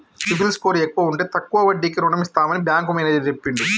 CIBIL score ఎక్కువ ఉంటే తక్కువ వడ్డీకే రుణం ఇస్తామని బ్యాంకు మేనేజర్ చెప్పిండు